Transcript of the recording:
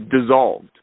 dissolved